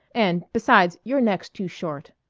and, besides, your neck's too short.